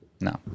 No